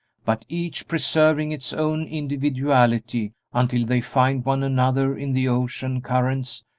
but each preserving its own individuality until they find one another in the ocean currents,